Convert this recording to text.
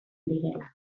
direla